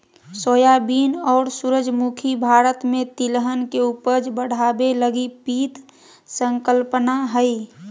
soybean और सूरजमुखी भारत में तिलहन के उपज बढ़ाबे लगी पीत संकल्पना हइ